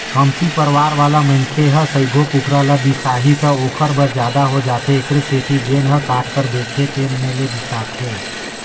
कमती परवार वाला मनखे ह सइघो कुकरा ल बिसाही त ओखर बर जादा हो जाथे एखरे सेती जेन ह काट कर बेचथे तेन में ले बिसाथे